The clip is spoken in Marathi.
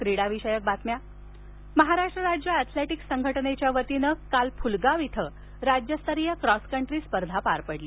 क्रॉस कंटी स्पर्धा महाराष्ट्र राज्य अथलेटिक्स संघटनेच्या वतीने काल फुलगाव इथं राज्यस्तरीय क्रॉस कंट्री स्पर्धा पार पडली